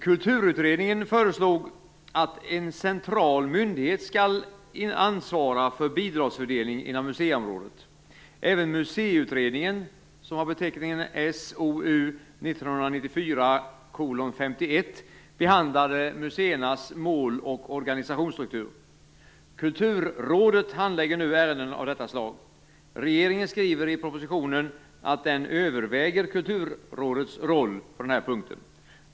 Kulturutredningen föreslog att en central myndighet skall ansvara för bidragsfördelningen inom museiområdet. Även Museiutredningen, som har beteckningen SOU 1994:51, behandlade museernas mål och organisationsstruktur. Kulturrådet handlägger nu ärenden av detta slag. Regeringen skriver i propositionen att den överväger Kulturrådets roll på den här punkten.